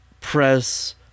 press